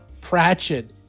Pratchett